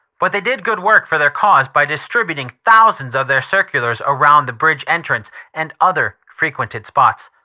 but they did good work for their cause by distributing thousands of their circulars around the bridge entrance and other frequented spots.